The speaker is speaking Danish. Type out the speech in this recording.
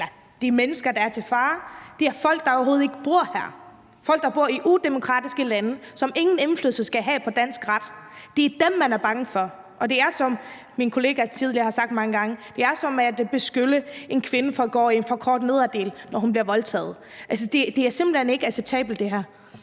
de mennesker, der er til fare, er folk, der overhovedet ikke bor her; det er folk, der bor i udemokratiske lande, som ingen indflydelse skal have på dansk ret. Det er dem, man er bange for. Og det er, som min kollega tidligere har sagt mange gange, ligesom at beskylde en kvinde for at gå i en for kort nederdel, når hun bliver voldtaget. Altså, det her er simpelt hen ikke acceptabelt. Kl.